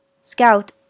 Scout